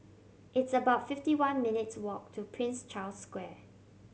it's about fifty one minutes' walk to Prince Charles Square